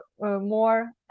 more